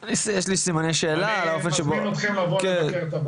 לי סימני שאלה אני מזמין אתכם לבוא לבקר.